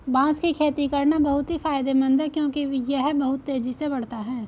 बांस की खेती करना बहुत ही फायदेमंद है क्योंकि यह बहुत तेजी से बढ़ता है